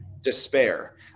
despair